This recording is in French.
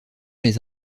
les